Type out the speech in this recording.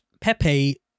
Pepe